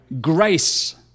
grace